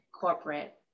corporate